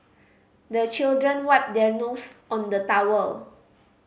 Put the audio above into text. the children wipe their nose on the towel